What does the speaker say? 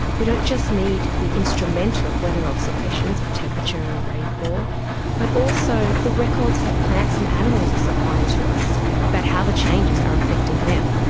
we don't just need the instrumental weather observations of temperature and rainfall but also the records that plants and animals are supplying to us about how the changes are affecting them.